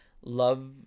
love